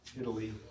Italy